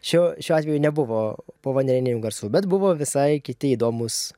šio šiuo atveju nebuvo povandeninių garsų bet buvo visai kiti įdomūs